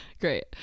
Great